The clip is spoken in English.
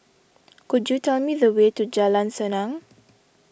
could you tell me the way to Jalan Senang